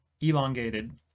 elongated